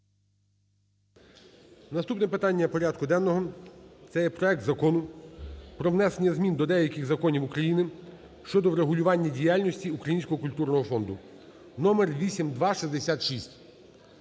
Наступне питання порядку денного це є проект Закону "Про внесення змін до деяких законів України щодо врегулювання діяльності Українського культурного фонду" (№ 8266).